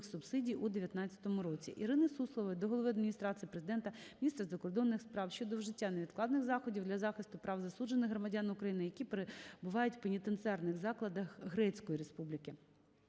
субсидій у 2019 році. Ірини Суслової до Глави Адміністрації Президента, міністра закордонних справ щодо вжиття невідкладних заходів для захисту прав засуджених громадян України, які перебувають в пенітенціарних закладах Грецької Республіки.